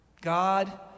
God